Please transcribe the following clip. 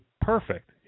perfect